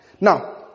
Now